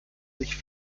sich